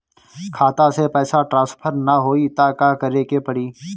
खाता से पैसा टॉसफर ना होई त का करे के पड़ी?